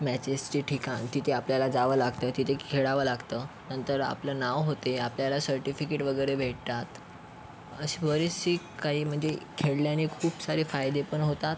मॅचेसचे ठिकाण तिथे आपल्याला जावं लागतं तिथे खेळावं लागतं नंतर आपलं नाव होते आपल्याला सर्टिफिकिट वगैरे भेटतात असे बरेचसे काही म्हणजे खेळल्याने खूप सारे फायदे पण होतात